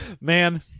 man